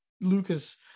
Lucas